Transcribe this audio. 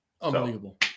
Unbelievable